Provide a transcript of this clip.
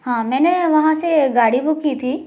हाँ मैंने वहाँ से गाड़ी बुक की थी